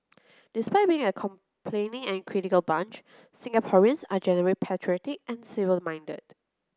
despite being a complaining and critical bunch Singaporeans are generally patriotic and civil minded